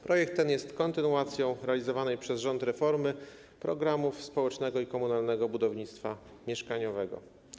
Projekt ten jest kontynuacją realizowanej przez rząd reformy programów społecznego i komunalnego budownictwa mieszkaniowego.